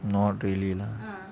not really lah